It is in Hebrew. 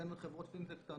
אם אלו חברות קטנות,